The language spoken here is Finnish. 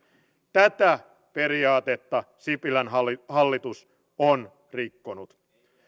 tätä periaatetta sipilän hallitus hallitus on rikkonut